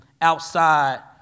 outside